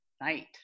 night